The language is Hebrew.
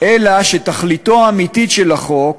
אלא שתכליתו האמיתית של החוק